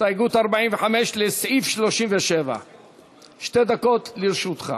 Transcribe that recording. הסתייגות 45 לסעיף 37. שתי דקות לרשותך.